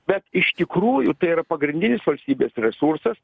bet iš tikrųjų tai yra pagrindinis valstybės resursas